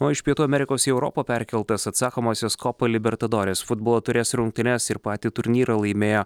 o iš pietų amerikos į europą perkeltas atsakomosios kopolibertadores futbolo taurės rungtynes ir patį turnyrą laimėjo